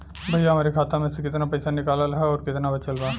भईया हमरे खाता मे से कितना पइसा निकालल ह अउर कितना बचल बा?